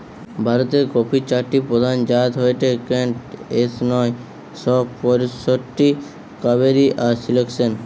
ভারতের কফির চারটি প্রধান জাত হয়ঠে কেন্ট, এস নয় শ পয়ষট্টি, কাভেরি আর সিলেকশন